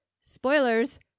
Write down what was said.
Spoilers